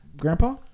grandpa